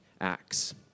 acts